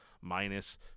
Minus